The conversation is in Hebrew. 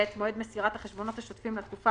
ואת מועד מסירת החשבונות השוטפים לתקופה